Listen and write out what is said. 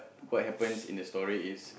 what happens in the story is